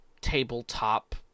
tabletop